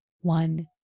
One